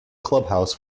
clubhouse